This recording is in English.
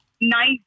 nice